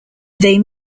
they